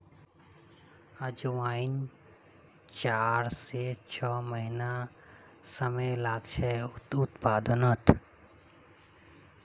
अजवाईन लग्ब्भाग चार से छः महिनार समय लागछे उत्पादनोत